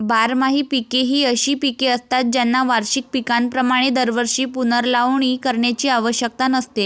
बारमाही पिके ही अशी पिके असतात ज्यांना वार्षिक पिकांप्रमाणे दरवर्षी पुनर्लावणी करण्याची आवश्यकता नसते